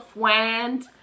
friend